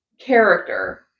character